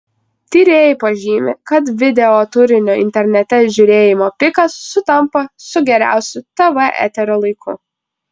tyrėjai pažymi kad videoturinio internete žiūrėjimo pikas sutampa su geriausiu tv eterio laiku